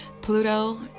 Pluto